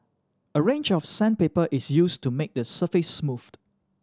a range of sandpaper is used to make the surface smooth